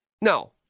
No